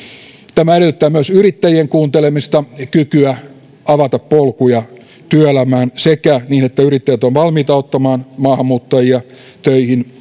tämä edellyttää myös yrittäjien kuuntelemista kykyä avata polkuja työelämään sekä niin että yrittäjät ovat valmiita ottamaan maahanmuuttajia töihin